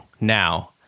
Now